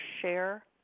share